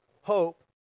hope